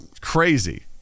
crazy